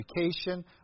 education